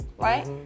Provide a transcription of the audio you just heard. Right